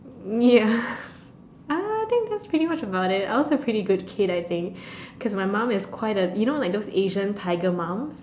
ya uh I think that's pretty much about it I was a pretty good kid I think cause my mum is quite a you know like those Asian tiger mums